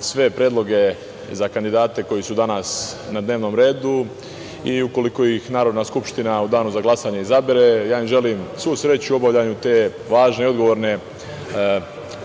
sve predloge za kandidate koji su danas na dnevnom redu, i ukoliko ih Narodna skupština u danu za glasanje izabere želim im svu sreću u obavljanju te važne i odgovorne